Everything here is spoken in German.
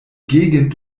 gegend